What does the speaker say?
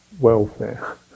welfare